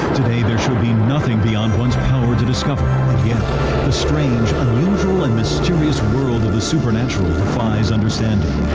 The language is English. today there should be nothing beyond one's to discover. um and yet the strange, unusual and mysterious world of the supernatural defies understanding.